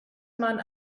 man